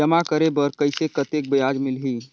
जमा करे बर कइसे कतेक ब्याज मिलही?